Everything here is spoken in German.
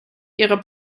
ihrer